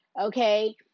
okay